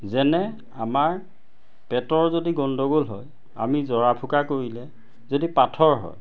যেনে আমাৰ পেটৰ যদি গণ্ডগোল হয় আমি জৰা ফুকা কৰিলে যদি পাথৰ হয়